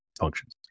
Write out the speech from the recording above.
functions